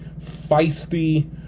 feisty